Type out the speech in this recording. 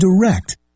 direct